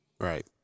Right